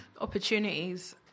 Opportunities